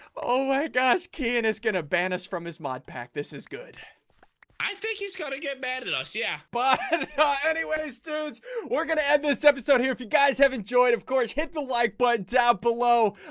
oh my gosh kin is going to ban us from his mod pack. this is good i think he's going to get mad at at us yeah, but ah anyways dudes we're going to end this episode here if you guys have enjoyed of course hit the like button down below